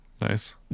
Nice